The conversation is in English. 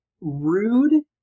rude